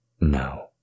No